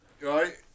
right